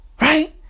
Right